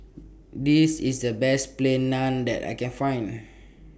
This IS The Best Plain Naan that I Can Find